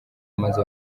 maze